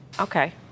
Okay